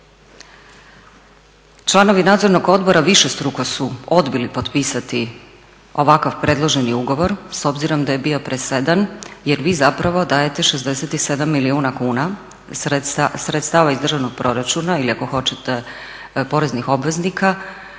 Članovi nadzornog odbora višestruko su odbili potpisati ovakav predloženi ugovor s obzirom da je bio presedan jer vi zapravo dajete 67 milijuna kuna sredstava iz državnog proračuna ili ako hoćete poreznih obveznika